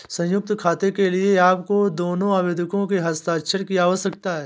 संयुक्त खाते के लिए आपको दोनों आवेदकों के हस्ताक्षर की आवश्यकता है